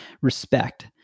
respect